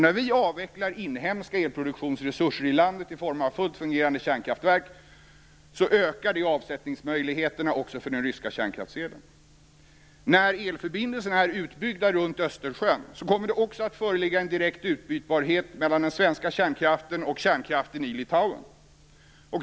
När vi avvecklar inhemska elproduktionsresurser i landet i form av fullt fungerande kärnkraftverk ökar detta avsättningsmöjligheterna också för den ryska kränkraftselen. När elförbindelserna runt Östersjön är utbyggda kommer det också att föreligga en direkt utbytbarhet mellan den svenska kärnkraften och kärnkraften i Litauen.